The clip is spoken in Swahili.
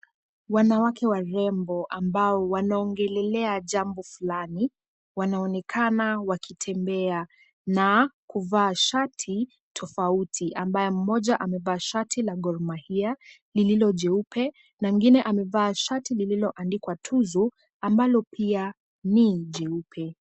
Wanawake warembo ambao wanaongelelea jambo fulani. Wanaonekana wakitembea na kuvaa shati tofauti ambayo mmoja amevaa shati la Gor mahia lililo jeupe na mwingine amevaa shati lililoandikwa Tuzo ambalo pia ni jeupe.